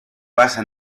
basa